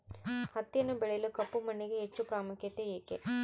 ಹತ್ತಿಯನ್ನು ಬೆಳೆಯಲು ಕಪ್ಪು ಮಣ್ಣಿಗೆ ಹೆಚ್ಚು ಪ್ರಾಮುಖ್ಯತೆ ಏಕೆ?